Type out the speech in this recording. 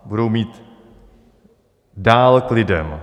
Budou mít dál k lidem.